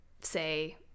say